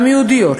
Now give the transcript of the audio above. גם יהודיות,